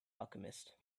alchemist